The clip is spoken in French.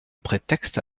prétexte